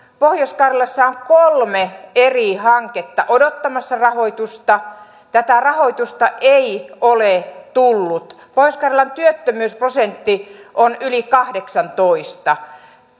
pohjois karjalassa on kolme eri hanketta odottamassa rahoitusta tätä rahoitusta ei ole tullut pohjois karjalan työttömyysprosentti on yli kahdeksantoista